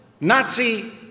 Nazi